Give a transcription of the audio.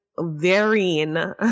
varying